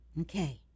Okay